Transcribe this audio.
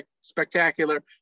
spectacular